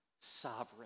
sovereign